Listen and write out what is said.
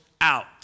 out